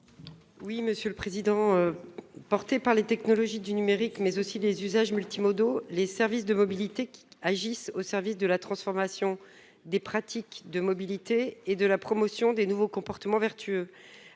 n° 52 rectifié. Portés par les technologies du numérique, mais aussi par des usages multimodaux, les services de la mobilité agissent au service de la transformation des pratiques de mobilité et de la promotion de nouveaux comportements vertueux.